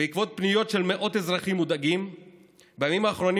בעקבות פניות של מאות אזרחים מודאגים בימים האחרונים